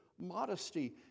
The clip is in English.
modesty